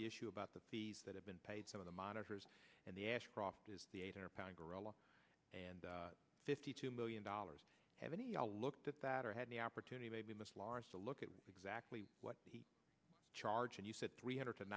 the issue about the fees that have been paid some of the monitors and the ashcroft is the eight hundred pound gorilla and fifty two million dollars have any i looked at that or had the opportunity maybe mr larson look at exactly what charge and you said three hundred